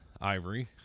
Ivory